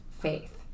faith